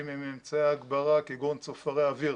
עם אמצעי ההגברה כגון צופרי אוויר,